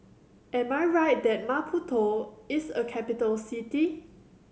am I right that Maputo is a capital city